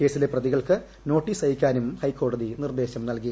കേസിലെ പ്രതികൾക്ക് നോട്ടീസ് അയയ്ക്കാനും ഹൈക്കോടതി നിർദ്ദേശം നൽകി